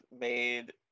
made